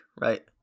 right